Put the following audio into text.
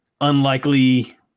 unlikely